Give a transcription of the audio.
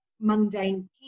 mundane